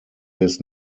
his